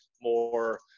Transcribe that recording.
more